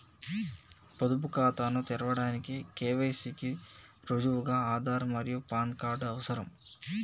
పొదుపు ఖాతాను తెరవడానికి కే.వై.సి కి రుజువుగా ఆధార్ మరియు పాన్ కార్డ్ అవసరం